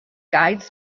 guides